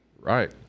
Right